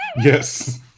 Yes